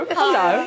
hello